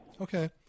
Okay